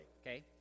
okay